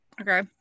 Okay